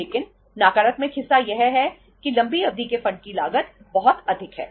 लेकिन नकारात्मक हिस्सा यह है कि लंबी अवधि के फंड की लागत बहुत अधिक है